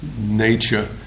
nature